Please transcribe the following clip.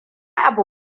abu